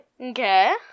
Okay